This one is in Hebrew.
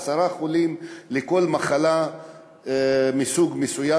עשרה חולים לכל מחלה מסוג מסוים,